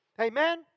Amen